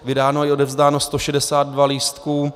Vydáno i odevzdáno 162 lístků.